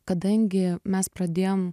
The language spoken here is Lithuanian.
kadangi mes pradėjom